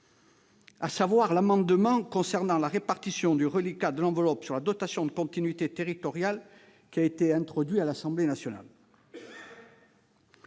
à savoir l'amendement relatif à la répartition du reliquat de l'enveloppe de la dotation de continuité territoriale qui a été introduit à l'Assemblée nationale